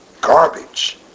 garbage